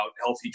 healthy